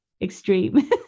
extreme